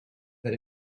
that